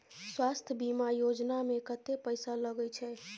स्वास्थ बीमा योजना में कत्ते पैसा लगय छै?